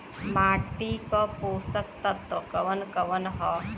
माटी क पोषक तत्व कवन कवन ह?